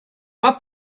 mae